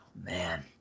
man